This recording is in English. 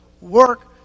work